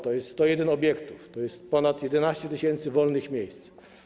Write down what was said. To jest 101 obiektów, to jest ponad 11 tys. wolnych miejsc.